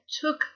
took